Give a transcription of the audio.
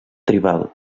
tribal